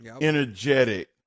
energetic